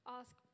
ask